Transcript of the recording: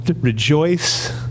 rejoice